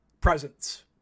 presence